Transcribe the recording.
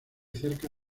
cerca